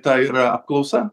ta yra apklausa